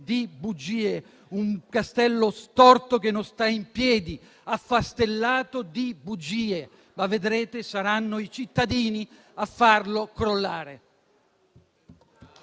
di bugie, un castello storto che non sta in piedi, affastellato di bugie, ma vedrete: saranno i cittadini a farlo crollare.